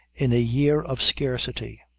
in a year of scarcity.